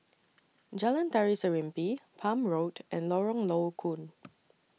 Jalan Tari Serimpi Palm Road and Lorong Low Koon